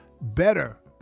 better